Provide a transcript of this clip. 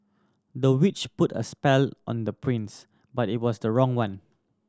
the witch put a spell on the prince but it was the wrong one